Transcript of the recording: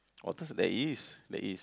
otters there is there is